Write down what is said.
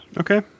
Okay